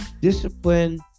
discipline